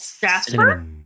Jasper